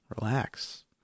Relax